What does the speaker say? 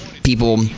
people